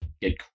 get